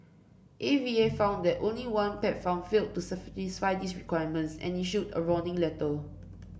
A V A found that only one pet farm failed to satisfy these requirements and issued a warning letter